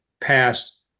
past